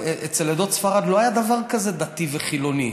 אצל עדות ספרד לא היה דבר כזה דתי וחילוני,